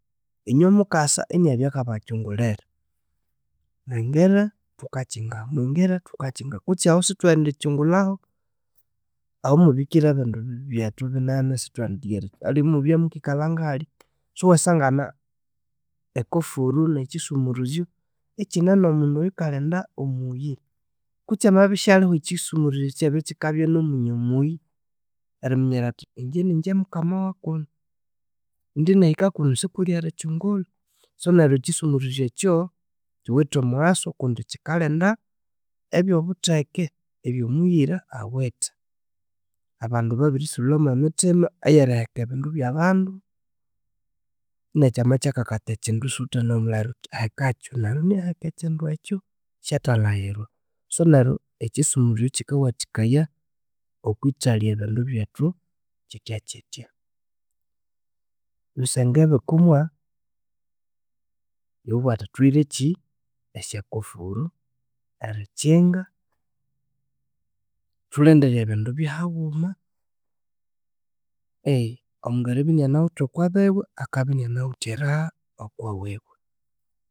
Inywe mukasa inabya akabakyungulira, mwingire thukakyinga mwingire thukakyinga kutsi ahu sithwedi kyingulhahu, ahamubikire ebindu byethu bibene sithwedi aliwe mubye mukikalha ngahalha. Siwasangana ekofuru ne kyisumuruzu ikyine nomundu oyukalinda omuyi kutsi amabya isaliho ekyisumuruzu ikyabya kyikabya nomunye omuyi eriminyerera athi ingye ningye mukama wakunu. Indinahika kunu sikuli erikyungulha. So neryo ekyisumuruzyo ekyo, kyiwithe omuwasu kundi kyikalinda ebyo butheke ebyo muyira awithe. Abandu babirisulha mwemithima eyeriheka ebindu byabandu, inakyama kyakakatha ekyindu isiwuthanamulayira wuthi hekakyu neryo inaheka ekyindu ekyo isathalayirwa. So neryo ekyisumuruzyo kyikawathikaya okwethalhya ebindu byethu kithyakithya. Bisenge bikumwa yowabuwathi thuyirekyi esyakofuru erikyinga thulindire ebindu byahaghuma. omundu eribya enanawithe okwobiwe akabya inanawithe eraha okwawiwe